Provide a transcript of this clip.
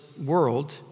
world